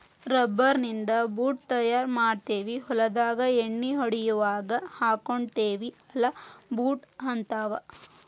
rubber ನಿಂದ boot ತಯಾರ ಮಾಡ್ತಾರ ಹೊಲದಾಗ ಎಣ್ಣಿ ಹೊಡಿಯುವಾಗ ಹಾಕ್ಕೊತೆವಿ ಅಲಾ ಬೂಟ ಹಂತಾವ